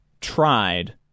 tried